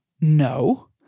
no